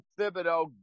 Thibodeau